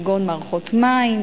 כגון: מערכות מים,